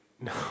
No